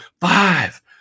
five